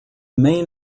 main